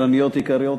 קצרניות יקרות,